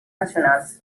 nacionals